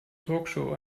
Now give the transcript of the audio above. talkshow